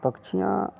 पक्षियाँ